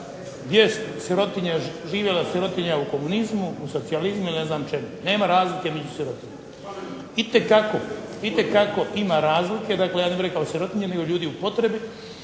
kako nema razlike živjela sirotinja u komunizmu, u socijalizmu ili ne znam čemu, nema razlike među sirotinjom. Itekako, itekako ima razlike, dakle ja ne bih rekao sirotinje nego ljudi u potrebi